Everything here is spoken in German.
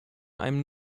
einem